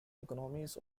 economies